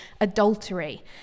adultery